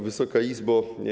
Wysoka Izbo!